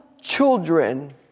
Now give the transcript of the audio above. children